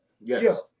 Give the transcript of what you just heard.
Yes